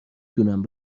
دونم